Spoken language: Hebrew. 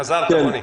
חזרת, רוני.